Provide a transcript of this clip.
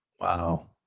Wow